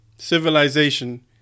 Civilization